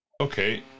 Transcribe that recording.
okay